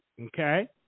okay